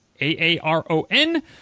A-A-R-O-N